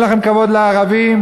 אין לכם כבוד לערבים,